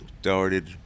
started